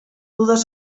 dudas